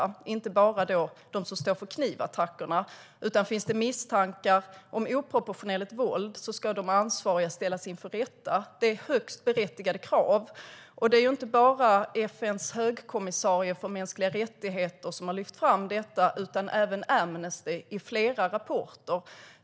Det gäller inte bara dem som står för knivattackerna, utan om det finns misstankar om oproportionerligt våld ska de ansvariga ställas inför rätta. Det är högst berättigade krav. Det är inte bara FN:s högkommissarie för mänskliga rättigheter som har lyft fram detta. Även Amnesty har gjort det, i flera rapporter.